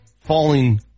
falling